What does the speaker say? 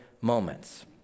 moments